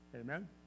Amen